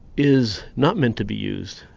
is not meant to be used.